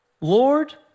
Lord